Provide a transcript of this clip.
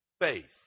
faith